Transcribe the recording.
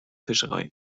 fischerei